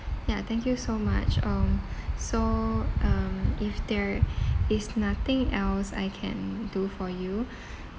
ya thank you so much um so um if there is nothing else I can do for you